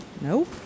Nope